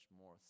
more